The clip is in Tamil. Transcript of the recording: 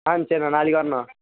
ஆ சரிண்ணா நாளைக்கு வரண்ணா